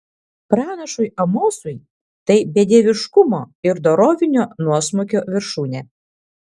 pranašui amosui tai bedieviškumo ir dorovinio nuosmukio viršūnė